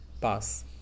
pass